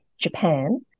Japan